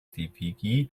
devigi